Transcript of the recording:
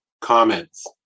Comments